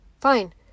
fine